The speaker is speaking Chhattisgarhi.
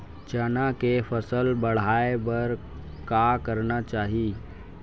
चना के फसल बढ़ाय बर का करना चाही?